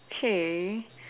k